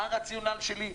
מה הרציונל שלי.